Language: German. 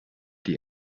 die